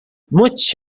much